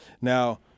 now